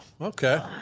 okay